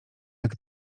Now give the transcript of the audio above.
jak